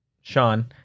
Sean